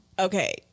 Okay